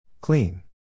Clean